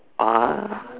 !huh!